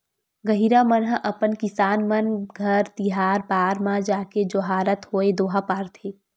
गहिरा मन ह अपन किसान मन घर तिहार बार म जाके जोहारत होय दोहा पारथे